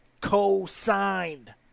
co-signed